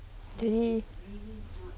tadi